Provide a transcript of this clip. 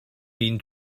mean